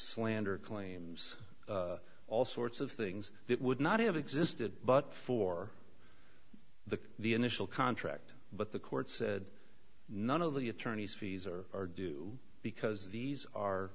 slander claims all sorts of things that would not have existed but for the the initial contract but the court said none of the attorney's fees are or do because these are